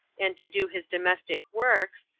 and to do his domestic works,